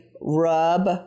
rub